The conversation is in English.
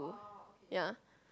yeah